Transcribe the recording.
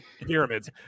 pyramids